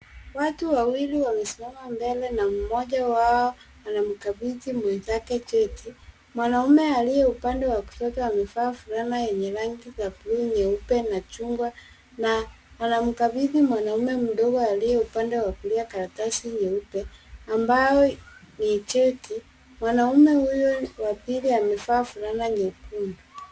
Watu wawili wamesimama mbele na mmoja wao anamkabidhi mwenzake cheti. Mwanaume aliye upande wa kushoto amevaa fulana yenye rangi za bluu, nyeupe na chungwa na anamkabidhi mwanaume mdogo aliye upande wa kulia karatasi nyeupe ambayo ni cheti. Mwanaume huyo wa pili amevaa fulana nyekundu.